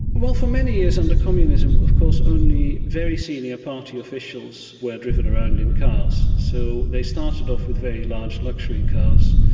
well, for many years under communism of course only very senior party officials were driven around in cars. so they started off with very large luxury cars,